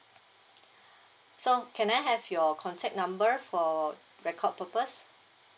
so can I have your contact number for record purpose